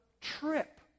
trip